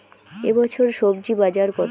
এ বছর স্বজি বাজার কত?